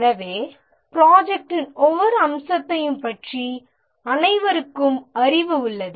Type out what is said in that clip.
எனவே ப்ரோஜெக்ட்டின் ஒவ்வொரு அம்சத்தையும் பற்றி அனைவருக்கும் அறிவு உள்ளது